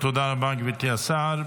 תודה רבה, גברתי השרה.